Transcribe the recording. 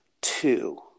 two